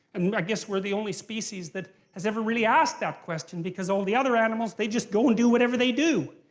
and and i guess we're the only species that has ever really asked that question because all the other animals, they just go and do whatever they do.